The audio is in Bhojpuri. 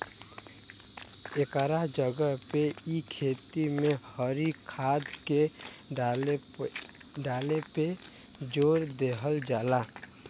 एकरा जगह पे इ खेती में हरी खाद के डाले पे जोर देहल जाला